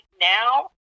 now